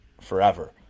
forever